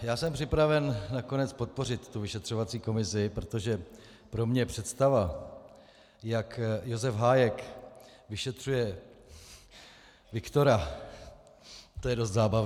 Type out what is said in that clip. Já jsem připraven nakonec podpořit tu vyšetřovací komisi, protože pro mě představa, jak Josef Hájek vyšetřuje Viktora to je dost zábavné.